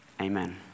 amen